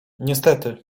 niestety